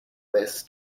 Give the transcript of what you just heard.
this